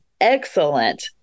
excellent